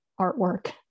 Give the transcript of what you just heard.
artwork